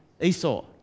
Esau